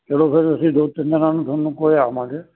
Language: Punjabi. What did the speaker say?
ਚਲੋ ਫਿਰ ਅਸੀਂ ਦੋ ਤਿੰਨ ਦਿਨਾਂ ਨੂੰ ਤੁਹਾਨੂੰ ਕੋਲ ਆਵਾਂਗੇ